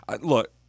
Look